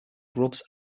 grubs